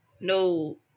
No